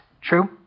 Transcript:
True